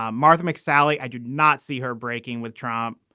um martha mcsally, i did not see her breaking with trump.